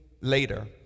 later